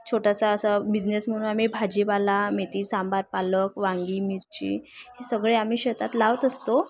छोटासा असा बिझनेस म्हणून आम्ही भाजीपाला मेथी सांबार पालक वांगी मिरची हे सगळे आम्ही शेतात लावत असतो